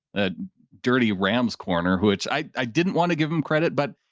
ah dirty ram's corner, which i didn't want to give him credit, but.